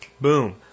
boom